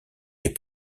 les